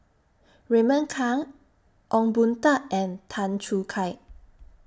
Raymond Kang Ong Boon Tat and Tan Choo Kai